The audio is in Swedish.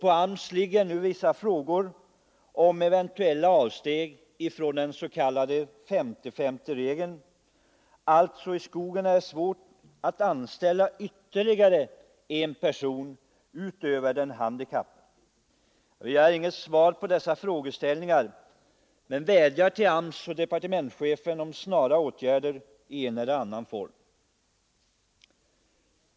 På AMS ligger nu vissa frågor om eventuella avsteg från den s.k. 50—50-regeln, alltså att det på grund av speciella svårigheter i skogen ofta är svårt att anställa ytterligare en person utöver den handikappade. Jag begär inget svar i anslutning till dessa frågeställningar men vädjar till AMS och departementschefen om snara åtgärder i en eller annan form.